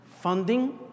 funding